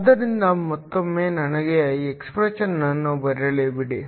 ಆದ್ದರಿಂದ ಮತ್ತೊಮ್ಮೆ ನನಗೆ ಎಕ್ಸ್ಪ್ರೆಶನ್ ಅನ್ನು ಬರೆಯಲು ಬಿಡಿ